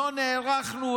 לא נערכנו,